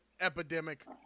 epidemic